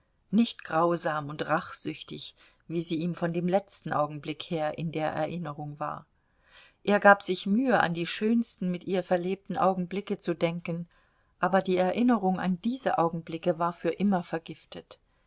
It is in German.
nicht grausam und rachsüchtig wie sie ihm von dem letzten augenblick her in der erinnerung war er gab sich mühe an die schönsten mit ihr verlebten augenblicke zu denken aber die erinnerung an diese augenblicke war für immer vergiftet